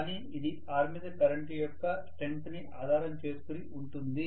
కానీ ఇది armature current యొక్క స్ట్రెంగ్త్ ని ఆధారం చేసుకొని ఉంటుంది